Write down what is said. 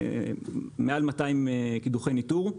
מעל 200 קידוחי ניטור.